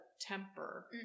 temper